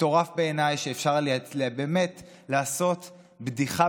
מטורף בעיניי שאפשר באמת לעשות בדיחה